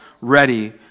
ready